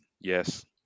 yes